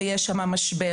ויש שם משבר.